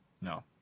No